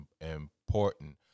important